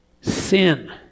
sin